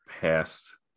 past